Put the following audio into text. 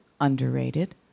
underrated